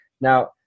now